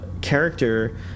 character